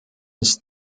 his